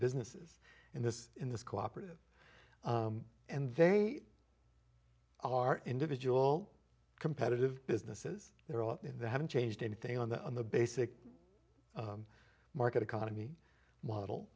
businesses in this in this cooperative and they are individual competitive businesses they're all they haven't changed anything on the on the basic market economy model